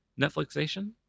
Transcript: Netflixation